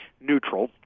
neutral